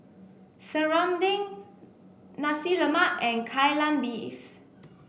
Serunding Nasi Lemak and Kai Lan Beef